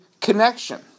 connection